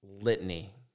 litany